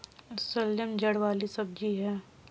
शलजम जड़ वाली सब्जी है